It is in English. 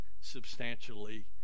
substantially